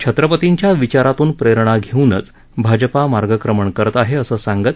छत्रपतींच्या विचारातून प्रेरणा घेऊनच भाजपा मार्गक्रमण करत हे अस सांगत